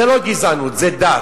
זה לא גזענות, זה דת.